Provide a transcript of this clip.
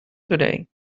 today